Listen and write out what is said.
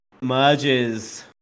merges